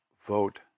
vote